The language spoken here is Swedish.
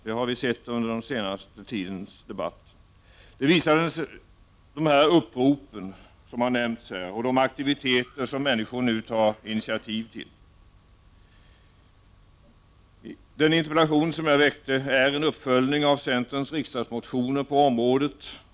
Det visar den senaste tidens debatt, upprop och aktiviteter som människor nu tar initiativ till. Min interpellation är en uppföljning av centerns riksdagsmotioner på området.